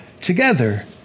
together